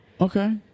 Okay